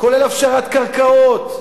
כולל הפשרת קרקעות,